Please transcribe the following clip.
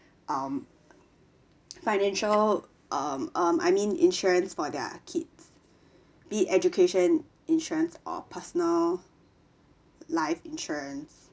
um financial um um I mean insurance for their kids be it education insurance or personal life insurance